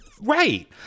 Right